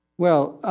well,